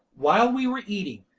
while we were eating,